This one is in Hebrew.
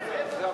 חבר